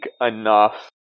enough